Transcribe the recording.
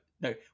no